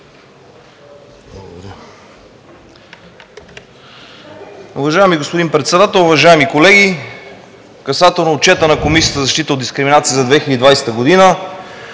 Благодаря,